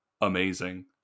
amazing